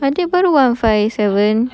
adik baru one five seven